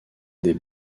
des